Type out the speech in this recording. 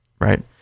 Right